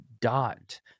dot